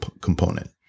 component